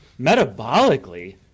metabolically